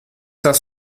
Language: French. cinq